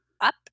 up